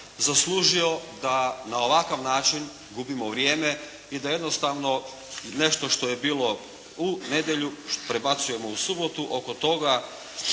zaslužio da na ovakav način gubimo vrijeme i da jednostavno nešto što je bilo u nedjelju prebacujemo u subotu. Oko toga